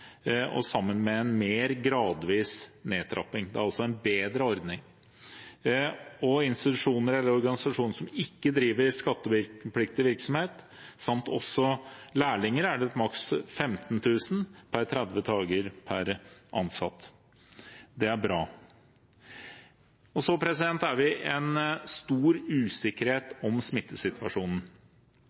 sammen med en mer gradvis nedtrapping. Det er altså en bedre ordning. For institusjoner eller organisasjoner som ikke driver skattepliktig virksomhet, samt for lærlinger er det maks 15 000 kr per 30 dager per ansatt. Det er bra. Det er stor usikkerhet om smittesituasjonen.